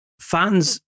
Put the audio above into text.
fans